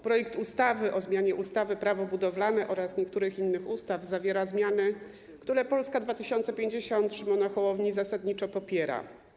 Projekt ustawy o zmianie ustawy - Prawo budowlane oraz niektórych innych ustaw zawiera zmiany, które Polska 2050 Szymona Hołowni zasadniczo popiera.